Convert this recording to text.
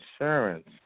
insurance